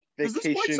vacation